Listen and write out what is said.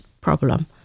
problem